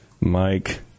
Mike